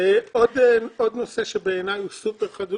עוד נושא שבעיני הוא סופר חשוב